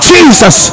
Jesus